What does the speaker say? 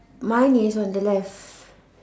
mine is on the left